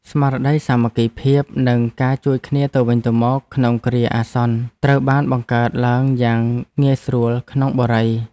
ស្មារតីសាមគ្គីភាពនិងការជួយគ្នាទៅវិញទៅមកក្នុងគ្រាអាសន្នត្រូវបានបង្កើតឡើងយ៉ាងងាយស្រួលក្នុងបុរី។